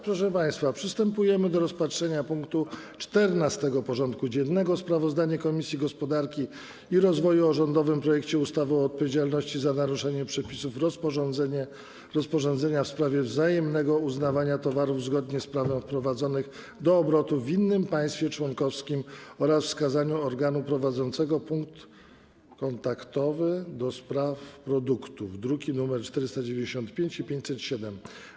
Przystępujemy do rozpatrzenia punktu 14. porządku dziennego: Sprawozdanie Komisji Gospodarki i Rozwoju o rządowym projekcie ustawy o odpowiedzialności za naruszenie przepisów rozporządzenia w sprawie wzajemnego uznawania towarów zgodnie z prawem wprowadzonych do obrotu w innym państwie członkowskim oraz wskazaniu organu prowadzącego punkt kontaktowy do spraw produktów (druki nr 495 i 507)